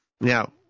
Now